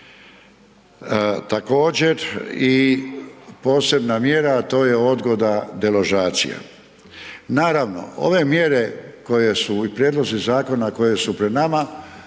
Također i posebna mjera, a to je odgoda deložacija. Naravno, ove mjere koje su i prijedlozi zakona koje su pred nama